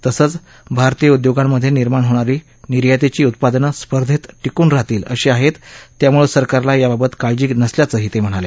तसंच भारतीय उद्योगांमध्ये निर्माण होणारी निर्यातीची उत्पादनं स्पर्धेत टिकून राहतील अशी आहेत त्यामुळे सरकारला याबाबत काळजी नसल्याचं ते म्हणाले